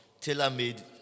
tailor-made